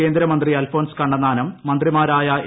കേന്ദ്ര മന്ത്രി അൽഫോൺസ് കണ്ണന്താനം മന്ത്രിമാരായ എ